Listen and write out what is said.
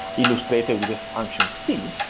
illustrated with this function c,